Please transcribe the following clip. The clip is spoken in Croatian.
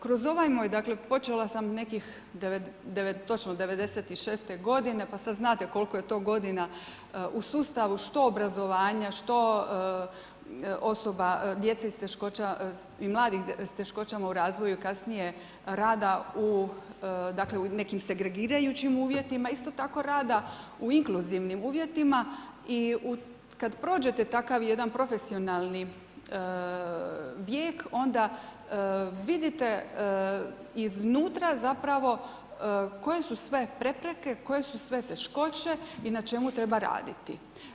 Kroz ovaj moj, dakle počela sam nekih točno '96. godine, pa sad znate koliko je to godina u sustavu što obrazovanja, što osoba, djece s teškoćama i mladih s teškoćama u razvoju, kasnije rada, dakle u nekim segregirajućim uvjetima, isto tako rada u inkluzivnim uvjetima i kad prođete takav jedan profesionalni vijek onda vidite iznutra zapravo koje su sve prepreke, koje su sve teškoće i na čemu treba raditi.